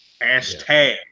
Hashtag